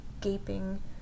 gaping